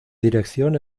dirección